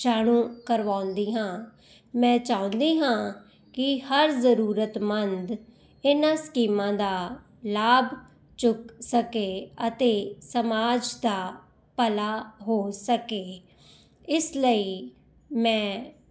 ਜਾਣੂ ਕਰਵਾਉਂਦੀ ਹਾਂ ਮੈਂ ਚਾਹੁੰਦੀ ਹਾਂ ਕਿ ਹਰ ਜ਼ਰੂਰਤਮੰਦ ਇਹਨਾਂ ਸਕੀਮਾਂ ਦਾ ਲਾਭ ਚੁੱਕ ਸਕੇ ਅਤੇ ਸਮਾਜ ਦਾ ਭਲਾ ਹੋ ਸਕੇ ਇਸ ਲਈ ਮੈਂ